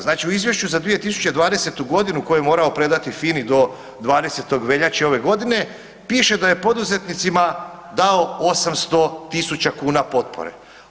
Znači u Izvješću za 2020. g. koje je morao predati FINA-i do 20. veljače ove godine, piše da je poduzetnicima dao 800 tisuća kuna potpore.